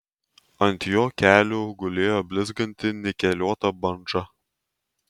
ant jo kelių gulėjo blizganti nikeliuota bandža